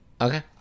Okay